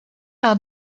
par